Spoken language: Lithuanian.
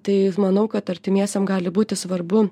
tai manau kad artimiesiem gali būti svarbu